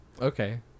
Okay